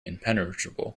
impenetrable